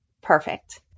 Perfect